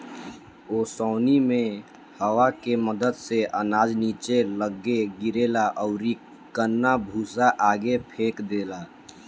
ओसौनी मे हवा के मदद से अनाज निचे लग्गे गिरेला अउरी कन्ना भूसा आगे फेंक देला